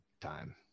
time